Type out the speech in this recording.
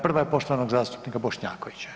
Prva je poštovanog zastupnika Bošnjakovića.